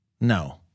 No